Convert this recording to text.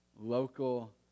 Local